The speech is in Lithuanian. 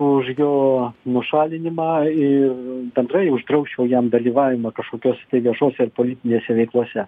už jo nušalinimą ir bendrai uždrausčiau jam dalyvavimą kažkokiose tai viešose ir politinėse veiklose